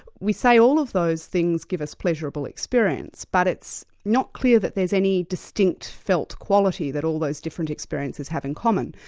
we say all of those things give us pleasurable experience, but it's not clear that there's any distinct felt quality that all those different experiences have in common.